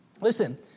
Listen